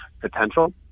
potential